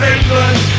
England